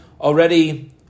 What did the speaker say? already